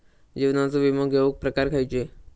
जीवनाचो विमो घेऊक प्रकार खैचे?